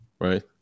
right